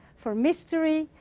for mystery,